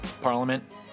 parliament